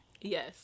Yes